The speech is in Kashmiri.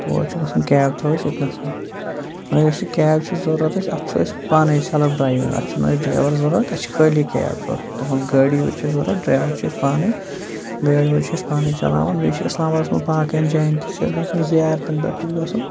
تور چھُنہٕ گژھُن کیب تھاوو أسۍ ییٚتہِ نسٕے مَگر یُس یہِ کیب چھِ ضوٚررتھ اَسہِ اَتھ چھُ اَسہِ پانٕے سیلف ڈرایو اَتھ چھُنہٕ اَسہِ ڈریور ضوٚررتھ اسہِ چھ خٲلی کیب ضوٚرَتھ تُہٕنٛز گٲڑی یوت چھُ ضوٚررتھ ڈریور چھِ أسۍ پانٕے گٲڑی وٲڑۍ چھِ أسۍ پانٕے چلاوان بیٚیہِ چھِ اسلام بادَس منٛز باقین جاین تہِ چھِ اسہِ گژھن زِیارتن پٮ۪ٹھ تہِ چھُ گژھُن